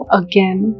again